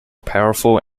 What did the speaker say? powerful